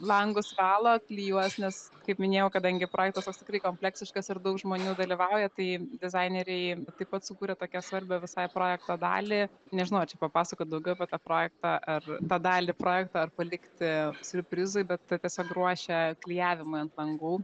langus valo klijuos nes kaip minėjau kadangi projektas toks tikrai kompleksiškas ir daug žmonių dalyvauja tai dizaineriai taip pat sukuria tokią svarbią visai projekto dalį nežinau ar čia papasakot daugiau apie tą projektą ar tą dalį projekto ar palikti siurprizui bet tiesiog ruošia klijavimą ant langų